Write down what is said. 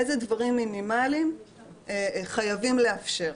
אומרים איזה דברים מינימליים חייבים לאפשר.